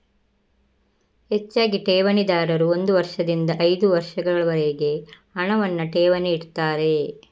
ಹೆಚ್ಚಾಗಿ ಠೇವಣಿದಾರರು ಒಂದು ವರ್ಷದಿಂದ ಐದು ವರ್ಷಗಳವರೆಗೆ ಹಣವನ್ನ ಠೇವಣಿ ಇಡ್ತಾರೆ